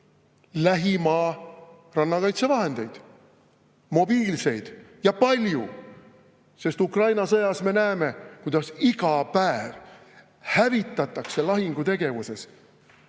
lähimaa rannakaitse vahendeid ja palju, sest Ukraina sõjas me näeme, kuidas iga päev hävitatakse lahingutegevuses